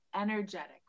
energetic